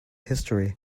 history